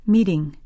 Meeting